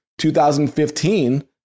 2015